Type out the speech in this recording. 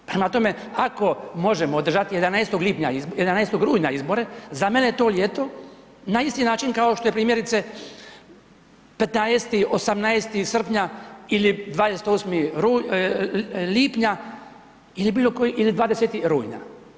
Prema tome, ako možemo održati 11. lipnja, 11. rujna izbore, za mene je to ljeto na isti način kao što je primjerice, 15., 18. srpnja ili 28. lipnja ili bilo koji, ili 20. rujna.